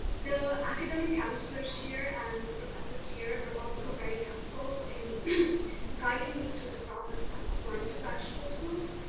the academic counselors here and the professors here were also very helpful in guiding me through the process of applying to graduate schools.